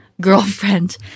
girlfriend